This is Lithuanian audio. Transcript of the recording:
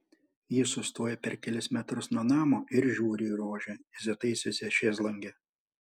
ji sustoja per kelis metrus nuo namo ir žiūri į rožę įsitaisiusią šezlonge